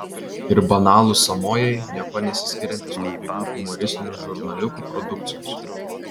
ir banalūs sąmojai niekuo nesiskiriantys nuo pigių humoristinių žurnaliukų produkcijos